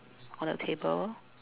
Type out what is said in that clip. on the table